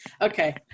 Okay